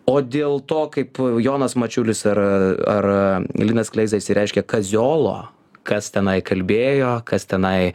o dėl to kaip jonas mačiulis ar ar linas kleiza išsireiškė kaziolo kas tenai kalbėjo kas tenai